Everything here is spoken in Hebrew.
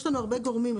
יש לנו הרבה גורמים.